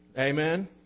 Amen